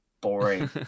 boring